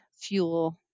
fuel